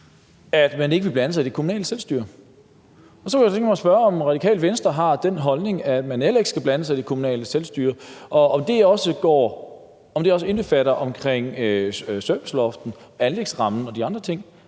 at man ikke vil blande sig i det kommunale selvstyre. Så kunne jeg tænke mig at spørge, om Radikale Venstre også har den holdning, at man ikke skal blande sig i det kommunale selvstyre, og om det også indbefatter serviceloftet, anlægsrammen og de andre ting.